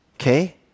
okay